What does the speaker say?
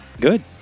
Good